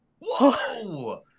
whoa